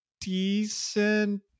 decent